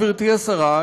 גברתי השרה,